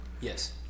Yes